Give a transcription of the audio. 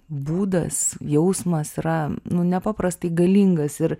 būdas jausmas yra nu nepaprastai galingas ir